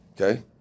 okay